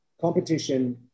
Competition